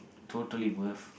totally worth